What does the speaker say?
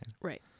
Right